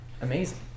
amazing